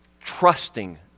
trusting